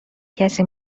کسی